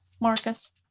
Marcus